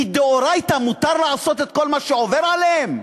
מדאורייתא מותר לעשות את כל מה שעובר עליהם?